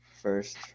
First